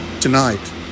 tonight